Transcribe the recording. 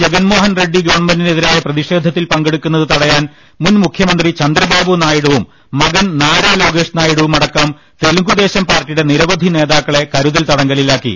ജഗൻ മോഹൻ റെഡ്സി ഗവൺമെന്റിന് എതിരായ പ്രതിഷേധത്തിൽ പങ്കെടുക്കുന്നത് തടയാൻ മുൻ മുഖ്യമന്ത്രി ചന്ദ്രബാബു നായിഡുവും മകൻ നാരാ ലോകേഷ് നായിഡുവും അടക്കം തെലുങ്കുദേശം പാർട്ടിയുടെ നിരവധി നേതാക്കളെ കരുതൽ തടങ്കലിലാക്കി